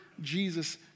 Jesus